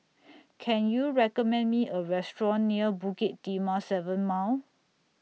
Can YOU recommend Me A Restaurant near Bukit Timah seven Mile